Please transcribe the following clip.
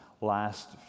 last